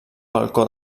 balcó